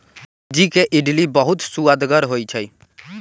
सूज्ज़ी के इडली बहुत सुअदगर होइ छइ